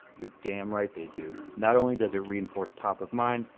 you're damn right they do. not only does it reinforce top of mind,